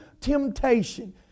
temptation